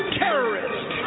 terrorist